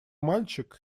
мальчик